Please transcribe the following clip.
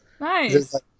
Nice